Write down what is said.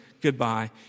goodbye